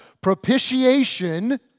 Propitiation